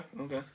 Okay